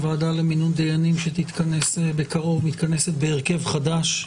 הוועדה למינוי דיינים שתתכנס בקרוב מתכנסת בהרכב חדש,